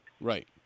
Right